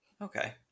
Okay